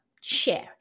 share